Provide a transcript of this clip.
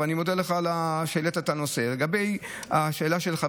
פועלים בכל האמצעים, כולל אכיפה, כולל